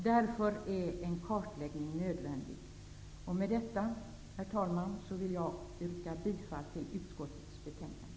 Därför är en kartläggning nödvändig. Med detta, herr talman, vill jag yrka bifall till utskottets hemställan.